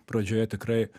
pradžioje tikrai